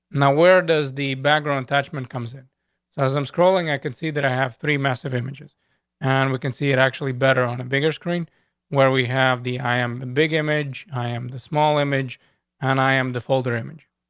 now, where does the background attachment comes in? so as i'm scrolling, i could see that i have three massive images and we can see it actually better on a bigger screen where we have the i am big image. i am the small image on and i am the folder image.